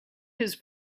his